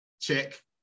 check